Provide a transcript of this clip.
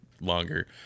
longer